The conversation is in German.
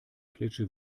klitsche